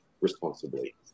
responsibly